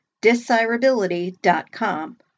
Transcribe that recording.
Desirability.com